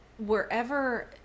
wherever